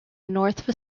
north